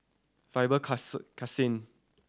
Faber Crescent